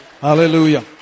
Hallelujah